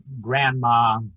grandma